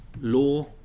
law